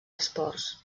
esports